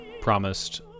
promised